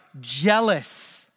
jealous